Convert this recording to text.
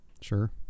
Sure